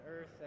earth